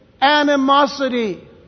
animosity